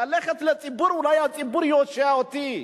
ללכת לציבור, אולי הציבור יושיע אותי.